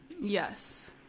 Yes